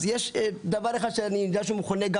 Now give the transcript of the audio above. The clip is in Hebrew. אז יש דבר אחד שאני יודע שהוא מכונה גם